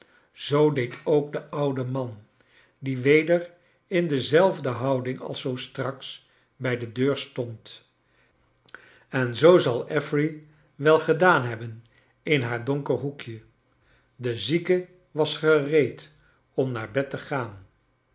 zoo deed ook de oude man die weder in dezelfde houding als zoo straks bij de deur stond en zoo zal ook affery wei gedaan hebben in haar donker hoekje de zieke was gereed om naar bed te gaan